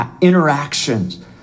interactions